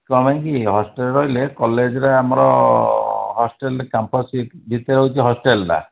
କ'ଣ ପାଇଁ କି ହଷ୍ଟେଲ୍ରେ ରହିଲେ କଲେଜ୍ରେ ଆମର ହଷ୍ଟେଲ୍ କ୍ୟାମ୍ପସ୍ ଭିତରେ ରହୁଛି ହଷ୍ଟେଲ୍ଟା